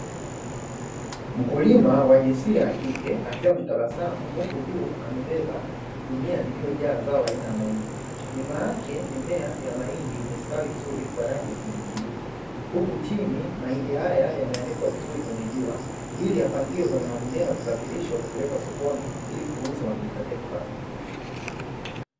Mkulima wa jinsia ya kike akiwa ametabasamu, huku juu amebeba gunia lililojaa zao aina ya mahindi, nyuma yake mimea ya mahindi imestawi vizuri kwa rangi ya kijani kibichi huku chini mahindi haya yameanikwa vizuri kwenye jua, hili yapangiliwe kwenye magunia na kusafirishwa kupelekwa sokoni ili kuuzwa na kujipatia kipato.